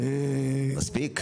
זה מספיק?